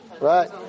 right